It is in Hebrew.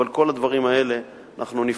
אבל את כל הדברים אנחנו נפרוס